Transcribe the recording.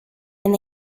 and